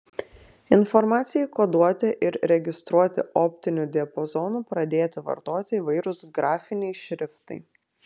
informacijai koduoti ir registruoti optiniu diapazonu pradėti vartoti įvairūs grafiniai šriftai